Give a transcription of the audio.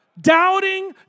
Doubting